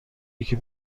یکی